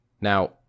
Now